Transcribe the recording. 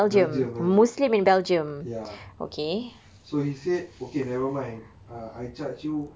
belgium belgium ya okay so he said okay nevermind err I charge you